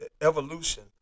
evolution